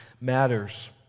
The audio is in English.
matters